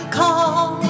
call